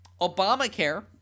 Obamacare